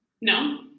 No